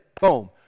boom